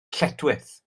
lletchwith